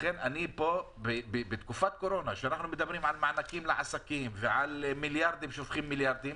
לכן בתקופת קורונה שאנחנו מדברים על מענקים לעסקים ושופכים מיליארדים